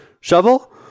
shovel